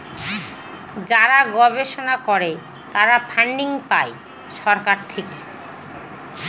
যারা গবেষণা করে তারা ফান্ডিং পাই সরকার থেকে